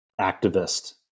activist